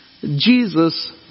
Jesus